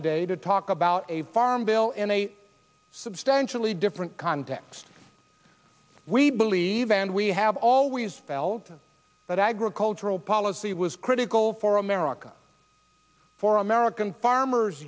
oday to talk about a farm bill in a substantially different context we believe and we have always felt that agricultural policy was critical for america for american farmers